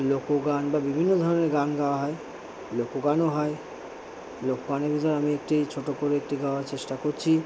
লোকগান বা বিভিন্ন ধরনের গান গাওয়া হয় লোকগানও হয় লোকগানের বিষয়ে আমি একটি ছোটো করে একটি গাওয়ার চেষ্টা করছি